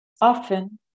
often